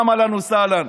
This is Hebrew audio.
גם אהלן וסהלן.